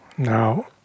Now